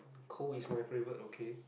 cool is my favourite okay